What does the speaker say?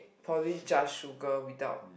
probably just sugar without